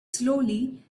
slowly